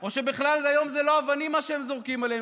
או שבכלל היום זה לא אבנים מה שהם זורקים עלינו?